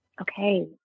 Okay